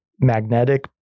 magnetic